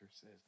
says